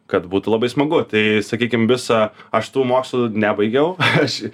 kad būtų labai smagu tai sakykim visą aš tų mokslų nebaigiau aš